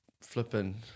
flipping